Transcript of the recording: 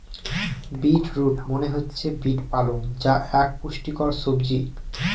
bit root মনে হচ্ছে beet পালং যা এক পুষ্টিকর সবজি